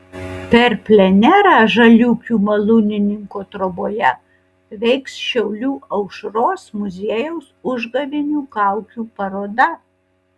per plenerą žaliūkių malūnininko troboje veiks šiaulių aušros muziejaus užgavėnių kaukių paroda